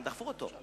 הם דחפו אותו,